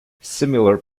similar